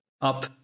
up